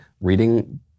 reading